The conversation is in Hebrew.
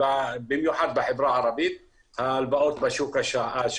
במיוחד בחברה הערבית ההלוואות בשוק האפור,